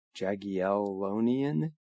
Jagiellonian